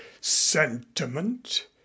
sentiment